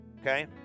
Okay